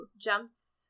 jumps